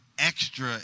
Extra